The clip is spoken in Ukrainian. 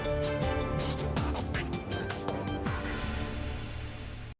Дякую.